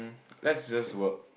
let's just work